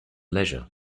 leisure